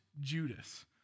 Judas